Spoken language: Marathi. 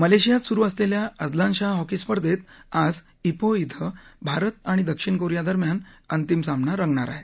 मलेशियात सुरु असलेल्या अझलनशाह हॉकी स्पर्धेत आज पीह क्रि भारत आणि दक्षिण कोरिया दरम्यान अंतिम सामना रंगणार आहे